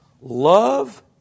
Love